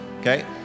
Okay